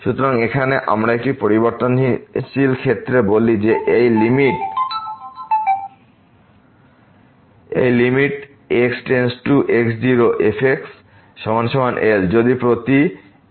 সুতরাং এখানে আমরা একটি পরিবর্তনশীল ক্ষেত্রে বলি যে এই x →x0fx L যদি প্রতি ϵ 0 হয়